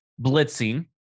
blitzing